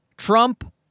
Trump